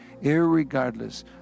irregardless